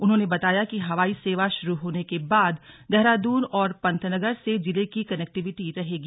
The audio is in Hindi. उन्होंने बताया कि हवाई सेवा शुरू होने के बाद देहरादून और पंतनगर से जिले की कनेक्टिविटी रहेगी